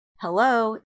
Hello